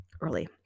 early